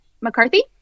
mccarthy